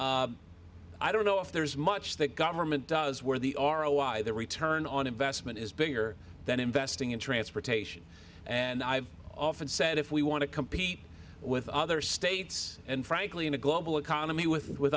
and i don't know if there's much that government does where the are a why the return on investment is bigger than investing in transportation and i've often said if we want to compete with other states and frankly in a global economy with with